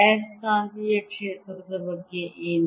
ಆಯಸ್ಕಾಂತೀಯ ಕ್ಷೇತ್ರದ ಬಗ್ಗೆ ಏನು